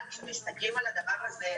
אבל כשמסתכלים על הדבר הזה,